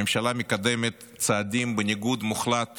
הממשלה מקדמת צעדים בניגוד מוחלט